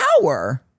power